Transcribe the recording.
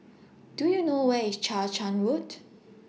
Do YOU know Where IS Chang Charn Road